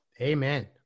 Amen